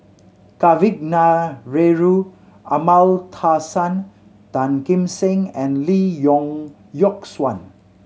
Kavignareru Amallathasan Tan Kim Seng and Lee Yock Suan